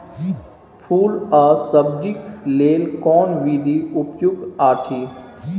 फूल आ सब्जीक लेल कोन विधी उपयुक्त अछि?